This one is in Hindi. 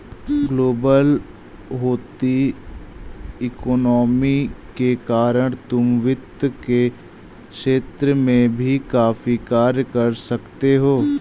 ग्लोबल होती इकोनॉमी के कारण तुम वित्त के क्षेत्र में भी काफी कार्य कर सकते हो